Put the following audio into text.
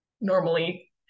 normally